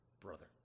brother